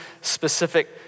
specific